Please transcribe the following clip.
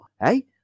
hey